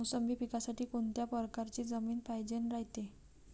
मोसंबी पिकासाठी कोनत्या परकारची जमीन पायजेन रायते?